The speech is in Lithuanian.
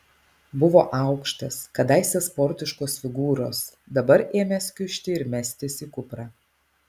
buvo aukštas kadaise sportiškos figūros dabar ėmęs kiužti ir mestis į kuprą